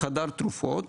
חדר תרופות